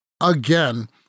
Again